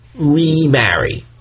remarry